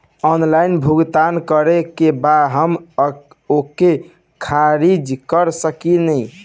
Online भुगतान करे के बाद हम ओके खारिज कर सकेनि?